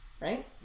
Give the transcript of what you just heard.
Right